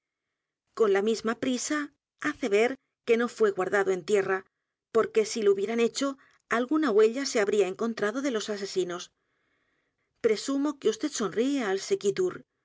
con la misma prisa hace ver que no fué guardado en tierra porque si lo hubieran hecho alguna huella se habría encontrado de los asesinos presumo que vd sonríe al sequüur